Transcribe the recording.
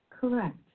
Correct